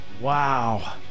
Wow